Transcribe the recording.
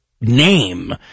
name